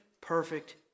perfect